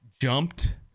jumped